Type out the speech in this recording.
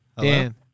Dan